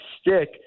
stick